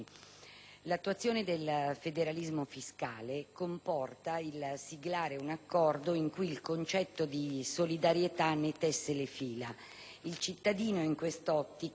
L'attuazione del federalismo fiscale comporta il siglare un accordo in cui il concetto di solidarietà ne tessa le fila: il cittadino, in quest'ottica,